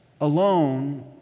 alone